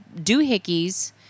doohickeys